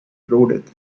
throated